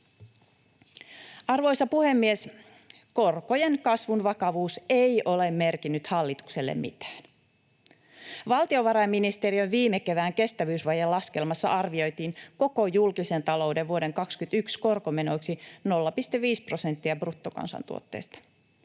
Arvoisa puhemies! Korkojen kasvun vakavuus ei ole merkinnyt hallitukselle mitään. Valtiovarainministeriön viime kevään kestävyysvajelaskelmassa arvioitiin koko julkisen talouden vuoden 2021 korkomenoiksi 0,5 prosenttia bruttokansantuotteesta.